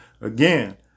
again